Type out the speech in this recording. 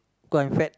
cause I'm fat